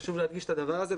חשוב להדגיש את הדבר הזה.